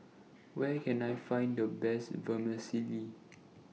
Where Can I Find The Best Vermicelli